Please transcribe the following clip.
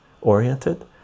oriented